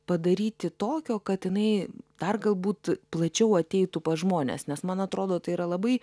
padaryti tokio kad jinai dar galbūt plačiau ateitų pas žmones nes man atrodo tai yra labai